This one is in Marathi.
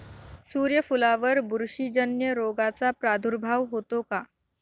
सूर्यफुलावर बुरशीजन्य रोगाचा प्रादुर्भाव होतो का?